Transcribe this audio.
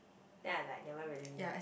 then I like never really